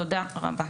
תודה רבה.